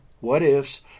what-ifs